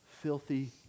Filthy